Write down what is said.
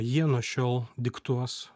jie nuo šiol diktuos